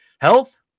Health